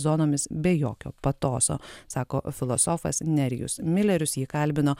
zonomis be jokio patoso sako filosofas nerijus milerius jį kalbino